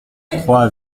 trois